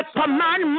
command